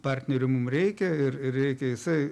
partnerių mum reikia ir ir reikia jisai